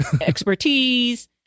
expertise